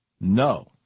no